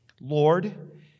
Lord